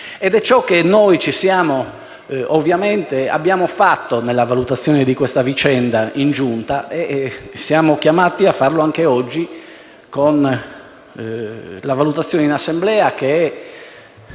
È ciò che noi abbiamo fatto nella valutazione di questa vicenda in Giunta. Siamo chiamati a farlo anche oggi con la valutazione in Assemblea, che è